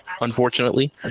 unfortunately